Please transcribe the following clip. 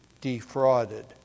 defrauded